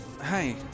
Hi